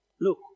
Look